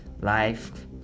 life